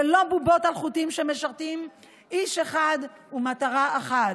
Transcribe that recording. ולא בובות על חוטים שמשרתות איש אחד ומטרה אחת.